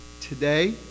Today